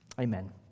Amen